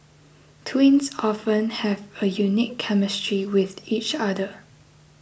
twins often have a unique chemistry with each other